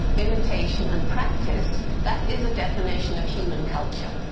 imitation and practice that is a definition of human culture.